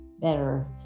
better